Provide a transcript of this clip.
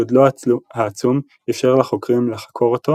גודלו העצום אפשר לחוקרים לחקור אותו